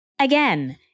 Again